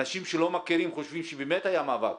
אנשים שלא מכירים חושבים שבאמת היה מאבק,